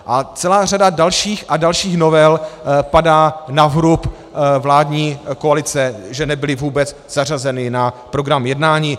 A celá řada dalších a dalších novel padá na vrub vládní koalice, že nebyly vůbec zařazeny na program jednání.